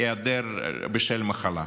היעדרות בשל מחלה.